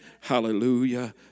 Hallelujah